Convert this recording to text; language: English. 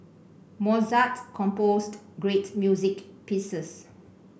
Mozart composed great music pieces